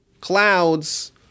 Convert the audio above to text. clouds